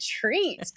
treat